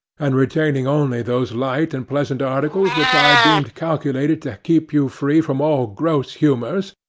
and retaining only those light and pleasant articles which i deemed calculated to keep you free from all gross humours,